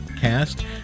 cast